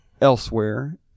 elsewhere